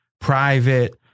private